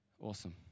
Awesome